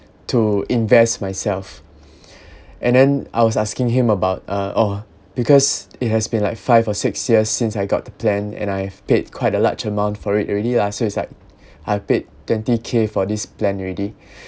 to invest myself and then I was asking him about uh oh because it has been like five or six years since I got the plan and I've paid quite a large amount for it already lah so it's like I paid twenty K for this plan already